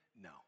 No